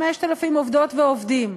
למשל, 5,000 עובדות ועובדים,